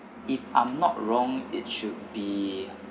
if I'm not wrong it should be